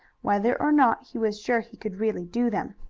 whether or not he was sure he could really do them.